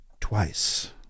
Twice